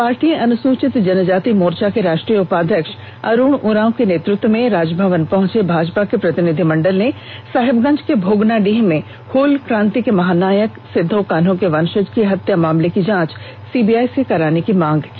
party अनुसूचित जनजाति मोर्चा के राष्ट्रीय उपाध्यक्ष अरूण उरांव के नेतृत्व में राजभवन पहंचे भाजपा के प्रतिनिधिमंडल ने साहेबगंज के भोगनाडीह में हूल कांति के महानायक सिद्दो कान्हू के वंषज की हत्या मामले की जांच सीबीआई से कराने की मांग की